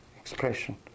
expression